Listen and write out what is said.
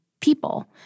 people